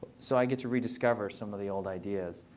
so i get to rediscover some of the old ideas.